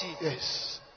Yes